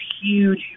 huge